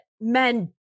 men